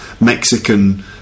Mexican